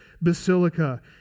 Basilica